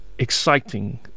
Exciting